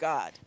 God